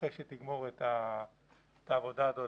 אחרי שתגמור את העבודה הזאת,